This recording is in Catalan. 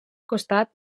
costat